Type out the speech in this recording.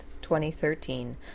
2013